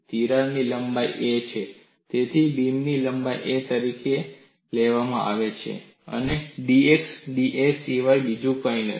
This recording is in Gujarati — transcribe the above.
તિરાડની લંબાઈ a છે તેથી બીમની લંબાઈ a તરીકે લેવામાં આવે છે અને dx da સિવાય બીજું કંઈ નથી